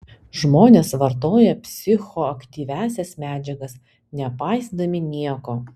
žmonės vartoja psichoaktyviąsias medžiagas nepaisydami nieko